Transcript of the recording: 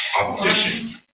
opposition